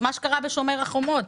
את מה שקרה בשומר חומות,